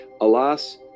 alas